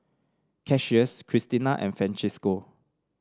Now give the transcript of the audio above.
Cassius Cristina and Francisco